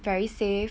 very safe